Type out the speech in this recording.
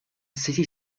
city